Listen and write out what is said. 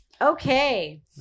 Okay